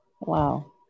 Wow